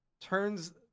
turns